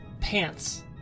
pants